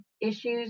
issues